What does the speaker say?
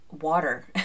water